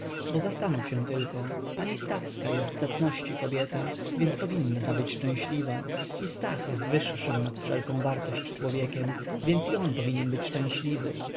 bo zastanów się tylko pani stawska jest zacności kobieta więc powinna być szczęśliwą stach jest wyższym nad wszelką wartość człowiekiem więc i on powinien być szczęśliwy